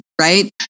right